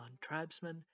tribesmen